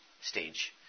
stage